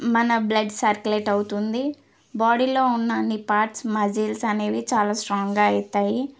మన blood circulate అవుతుంది బాడీలో ఉన్న అన్ని పార్ట్స్ మజిల్స్ అనేవి చాలా స్ట్రాంగ్గా అవుతాయి